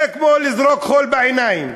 זה כמו לזרוק חול בעיניים.